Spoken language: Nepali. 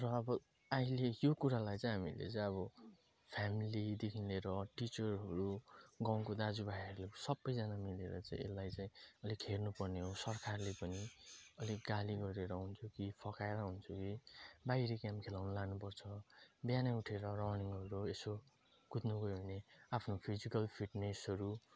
र अब अहिले त्यो कुरालाई चाहिँ हामीले चाहिँ अब फ्यामिलीदेखि लिएर टिचरहरू गाउँको दाजुभाइहरूले सबैजना मिलेर चाहिँ यसलाई चाहिँ अलिक हेर्नुपर्ने हो सरकारले पनि अलिक गाली गरेर हुन्थ्यो कि फकाएर हुन्छ कि बाहिरी गेम खेलाउनु लानुपर्छ बिहानै उठेर रनिङहरू यसो कुद्नु गयो भने आफ्नो फिजिकल फिटनेसहरू